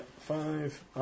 five